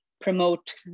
promote